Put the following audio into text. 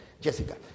Jessica